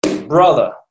Brother